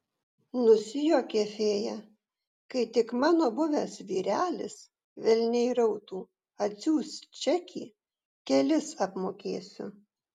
nusijuokė fėja kai tik mano buvęs vyrelis velniai rautų atsiųs čekį kelis apmokėsiu